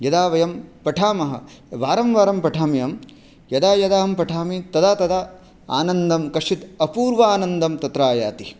यदा वयं पठामः वारं वारं पठाम्यहं यदा यदा अहं पठामि तदा तदा आनन्दः कश्चित् अपूर्वानन्दं तत्र आयाति